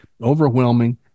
overwhelming